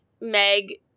Meg